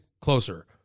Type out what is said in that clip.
closer